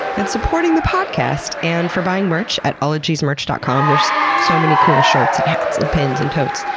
and supporting the podcast, and for buying merch at ologiesmerch dot com. there's so many cool shirts, and hats, and pins, and totes,